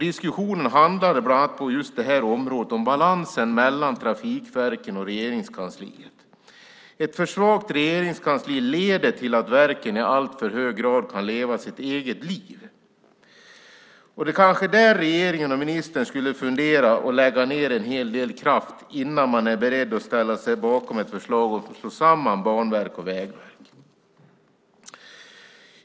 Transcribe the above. Diskussionen handlade bland annat på just det här området om balansen mellan trafikverken och Regeringskansliet. Ett för svagt regeringskansli leder till att verken i alltför hög grad kan leva sitt eget liv. Det kanske är det regeringen och ministern skulle fundera på att lägga ned en hel del kraft på innan man är beredd att ställa sig bakom ett förslag om att slå samman Banverket och Vägverket.